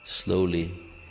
Slowly